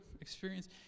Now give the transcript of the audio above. experience